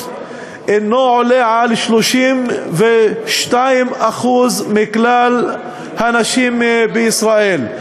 אינו עולה על 32% מכלל הנשים הערביות בישראל,